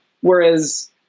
Whereas